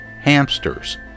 hamsters